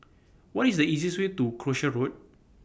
What IS The easiest Way to Croucher Road